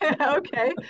okay